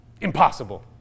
Impossible